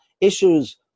issues